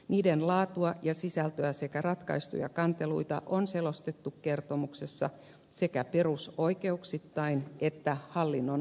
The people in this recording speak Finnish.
niiden laatua ja sisältöä sekä ratkaistuja kanteluita on selostettu kertomuksessa sekä perusoikeuksittain että hallinnonaloittain